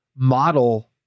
Model